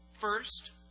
First